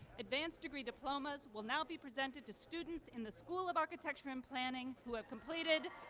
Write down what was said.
advanced degree diplomas will now be presented to students in the school of architecture and planning who have completed